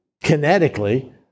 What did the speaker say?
kinetically